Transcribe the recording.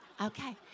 Okay